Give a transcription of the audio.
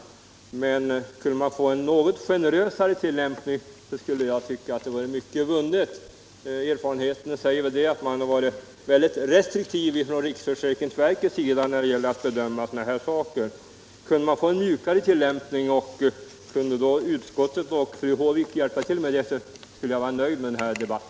Med en något generösare tillämpning än nu tycker jag att mycket skulle vara vunnet. Erfarenheten säger att riksförsäkringsverket varit mycket restriktivt i sin bedömning av ärenden av detta slag. Om fru Håvik och utskottets ledamöter i övrigt kunde medverka till detta, skulle jag vara nöjd med denna debatt.